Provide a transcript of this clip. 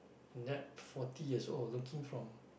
that forty years old looking from